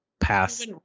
pass